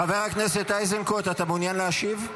חבר הכנסת איזנקוט, אתה מעוניין להשיב?